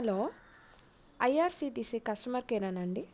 hello IRCTC customer కేరేనా అండి